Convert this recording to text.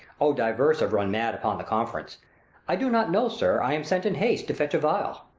o divers have run mad upon the conference i do not know, sir. i am sent in haste, to fetch a vial.